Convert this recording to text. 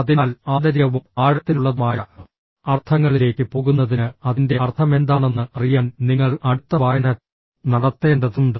അതിനാൽ ആന്തരികവും ആഴത്തിലുള്ളതുമായ അർത്ഥങ്ങളിലേക്ക് പോകുന്നതിന് അതിന്റെ അർത്ഥമെന്താണെന്ന് അറിയാൻ നിങ്ങൾ അടുത്ത വായന നടത്തേണ്ടതുണ്ട്